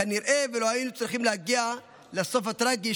כנראה לא היינו צריכים להגיע לסוף הטרגי,